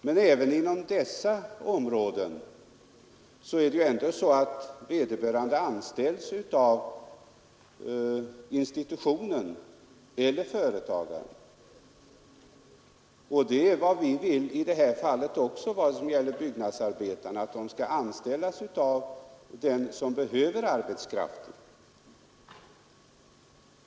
Men även inom dessa områden är det ju ändå så att vederbörande anställs av institutionen eller företagaren, och det är vad vi vill också när det gäller byggnadsarbetarna — att de skall anställas av den som behöver arbetskraften.